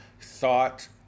thought